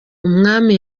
umwami